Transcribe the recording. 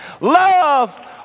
love